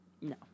No